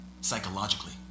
psychologically